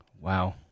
wow